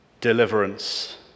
deliverance